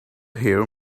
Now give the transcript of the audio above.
hear